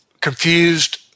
confused